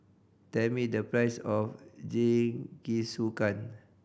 tell me the price of Jingisukan